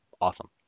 awesome